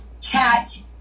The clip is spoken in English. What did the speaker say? chat